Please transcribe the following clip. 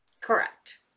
Correct